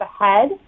ahead